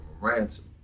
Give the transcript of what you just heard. ransom